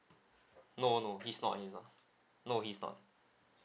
no no he's not he's not no he's not